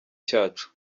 cyacu